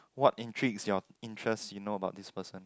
what intrigues your interest you know about this person